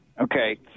Okay